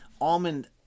almond